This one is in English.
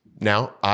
Now